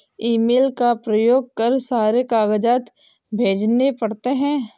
email का प्रयोग कर सारे कागजात भेजने पड़ते हैं